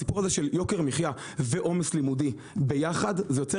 הסיפור הזה של יוקר מחייה ועומד לימודי ביחד זה יוצר